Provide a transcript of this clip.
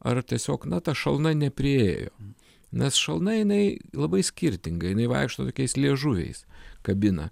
ar tiesiog na ta šalna nepriėjo nes šalna jinai labai skirtingai jinai vaikšto tokiais liežuviais kabina